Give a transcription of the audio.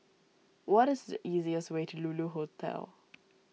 what is the easiest way to Lulu Hotel